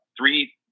three –